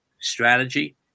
strategy